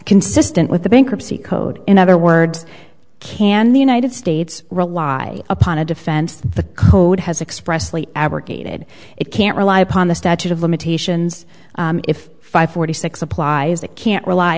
consistent with the bankruptcy code in other words can the united states rely upon a defense the code has expressly abrogated it can't rely upon the statute of limitations if five forty six applies it can't rely